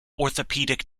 orthopedic